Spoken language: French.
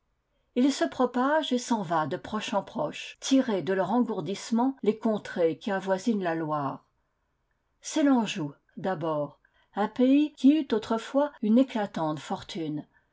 il se propage et s'en va de proche en proche tirer de leur engourdissement les contrées qui avoisinent la loire c'est l'anjou d'abord un pays qui eut autrefois une éclatante fortune